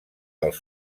dels